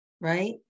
right